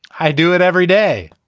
i do it every day.